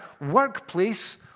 workplace